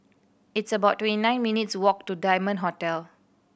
it's about twenty nine minutes' walk to Diamond Hotel